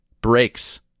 breaks